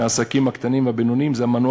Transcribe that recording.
שהעסקים הקטנים והבינוניים הם מנוע